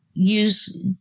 Use